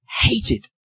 hated